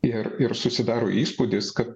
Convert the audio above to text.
ir ir susidaro įspūdis kad